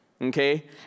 okay